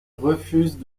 refusent